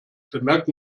bemerkt